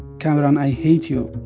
kamaran, i hate you